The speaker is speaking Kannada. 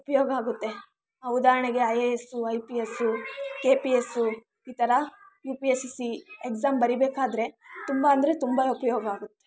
ಉಪಯೋಗ ಆಗುತ್ತೆ ಉದಾಹರಣೆಗೆ I A S I P S K P S ಈ ಥರ U P S C exam ಬರಿಬೇಕಾದ್ರೆ ತುಂಬ ಅಂದರೆ ತುಂಬ ಉಪಯೋಗ ಆಗುತ್ತೆ